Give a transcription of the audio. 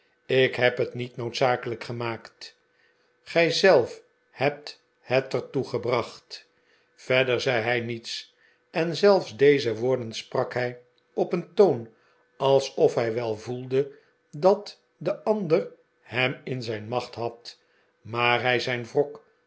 ik heb het niet noodzakelijk gemaakt gij zelf hebt het er toe gebracht verder zei hij niets en zelfs deze woorden sprak hij op een toon alsof hij wel voelde dat de ander hem in zijn macht had maar hij zijn wrok